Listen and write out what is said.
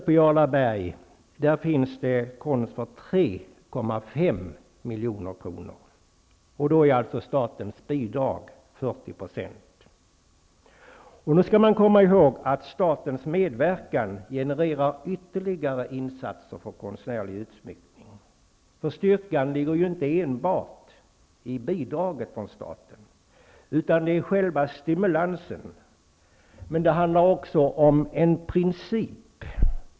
I Jarlaberg finns konst för 3,5 milj.kr. Statens bidrag är alltså 40 %. Man skall komma ihåg att statens medverkan genererar ytterligare insatser för konstnärlig utsmyckning. Styrkan ligger inte enbart i bidraget från staten, utan det är fråga om stimulansen. Det handlar också om en princip.